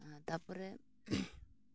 ᱟᱨ ᱛᱟᱯᱚᱨᱮ